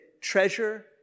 treasure